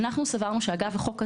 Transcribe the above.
אנחנו סברנו שאגב החוק הזה,